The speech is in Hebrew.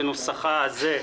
בנוסחה הזה,